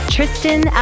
Tristan